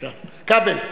כבל.